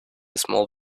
small